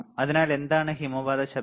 അതിനാൽ എന്താണ് ഹിമപാത ശബ്ദം